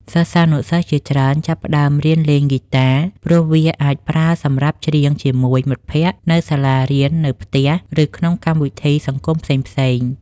សិស្សានុសិស្សជាច្រើនចាប់អារម្មណ៍រៀនលេងហ្គីតា ព្រោះវាអាចប្រើសម្រាប់ច្រៀងជាមួយ មិត្តភក្តិ នៅសាលា នៅផ្ទះ ឬក្នុងកម្មវិធីសង្គមផ្សេងៗ។